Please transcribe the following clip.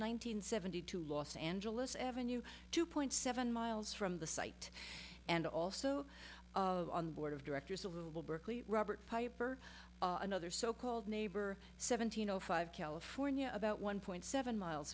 hundred seventy two los angeles avenue two point seven miles from the site and also on the board of directors of little berkeley robert piper another so called neighbor seventeen o five california about one point seven miles